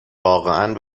واقعا